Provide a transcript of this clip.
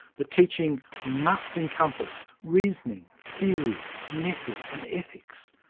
the teaching must encompass reasoning, theory, method and ethics.